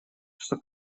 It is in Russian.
что